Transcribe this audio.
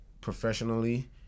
professionally